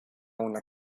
una